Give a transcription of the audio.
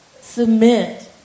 Submit